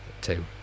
Two